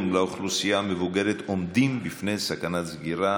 לאוכלוסייה המבוגרת עומדים בפני סכנת סגירה,